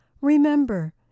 Remember